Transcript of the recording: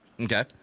Okay